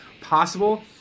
possible